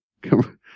come